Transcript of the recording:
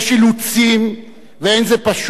יש אילוצים, ואין זה פשוט